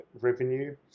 revenue